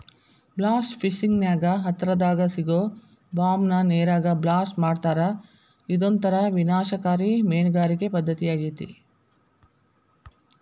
blast fishing ನ್ಯಾಗ ಹತ್ತರದಾಗ ಸಿಗೋ ಬಾಂಬ್ ನ ನೇರಾಗ ಬ್ಲಾಸ್ಟ್ ಮಾಡ್ತಾರಾ ಇದೊಂತರ ವಿನಾಶಕಾರಿ ಮೇನಗಾರಿಕೆ ಪದ್ದತಿಯಾಗೇತಿ